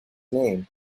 name